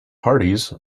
parties